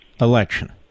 election